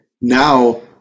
now